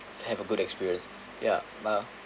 have a good experience ya ma~